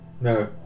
No